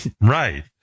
right